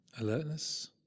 alertness